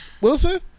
Wilson